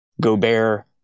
Gobert